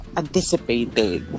anticipated